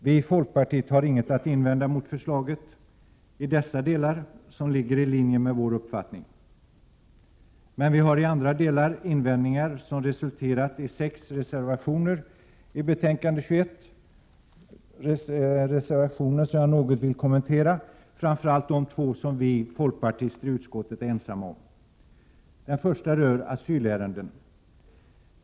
Vi i folkpartiet har inget att invända mot förslaget i dessa delar, eftersom det ligger i linje med vår uppfattning, men vi har i andra delar invändningar som resulterat i sex reservationer till betänkande 21, reservationer som jag något vill kommentera framför allt de två som vi folkpartister i utskottet är ensamma om. Den första rör asylärenden.